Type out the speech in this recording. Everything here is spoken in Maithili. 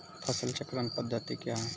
फसल चक्रण पद्धति क्या हैं?